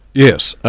yes.